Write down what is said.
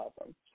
awesome